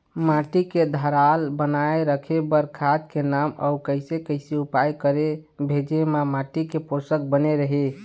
माटी के धारल बनाए रखे बार खाद के नाम अउ कैसे कैसे उपाय करें भेजे मा माटी के पोषक बने रहे?